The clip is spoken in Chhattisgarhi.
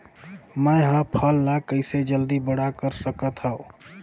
मैं ह फल ला कइसे जल्दी बड़ा कर सकत हव?